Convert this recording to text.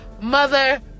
mother